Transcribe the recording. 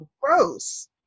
gross